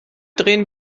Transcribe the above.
drehen